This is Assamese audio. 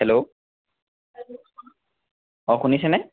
হেল্ল' অঁ শুনিছেনে